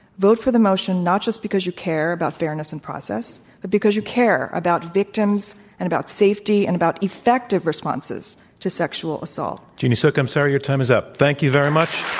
vote for the motion, not just because you care about fairness and process, but because you care about victims and about safety, and about effective responses to sexual assault. jeannie suk, i'm sorry. your time is up. thank you very much.